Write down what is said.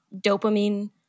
dopamine